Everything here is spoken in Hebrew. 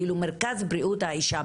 כאילו מרכז בריאות האישה.